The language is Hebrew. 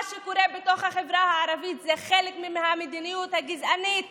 מה שקורה בתוך החברה הערבית זה חלק מהמדיניות הגזענית